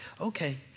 Okay